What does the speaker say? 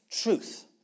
truth